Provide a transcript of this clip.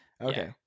Okay